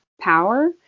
power